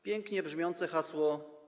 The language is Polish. Pięknie brzmiące hasło.